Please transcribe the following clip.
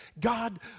God